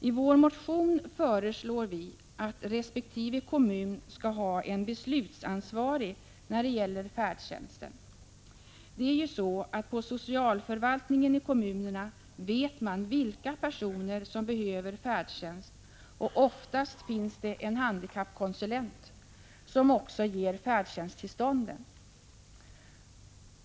I vår motion föreslår vi att resp. kommun skall ha en beslutsansvarig när det gäller färdtjänsten. På socialförvaltningen i kommunerna vet man ju vilka personer som behöver färdtjänst, och oftast finns det en handikappkonsulent som också ger färdtjänsttillstånden.